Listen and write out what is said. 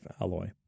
alloy